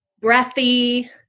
breathy